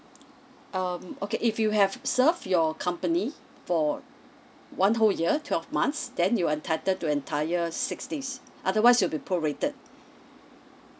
um okay if you have served your company for one whole year twelve months then you're entitled to entire six days otherwise it'll be prorated